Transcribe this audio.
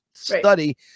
study